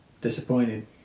disappointed